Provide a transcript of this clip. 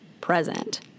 present